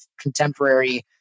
contemporary